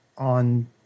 on